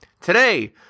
today